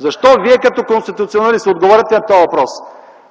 Защо? Вие като конституционалист отговорете на този въпрос.